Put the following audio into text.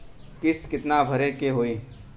किस्त कितना भरे के होइ?